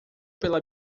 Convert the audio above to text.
pela